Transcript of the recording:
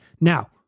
Now